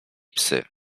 psy